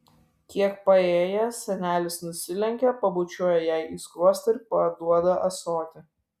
kiek paėjėjęs senelis nusilenkia pabučiuoja jai į skruostą ir paduoda ąsotį